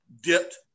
dipped